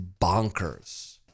bonkers